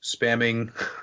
spamming